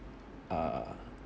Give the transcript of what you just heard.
uh